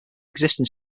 existing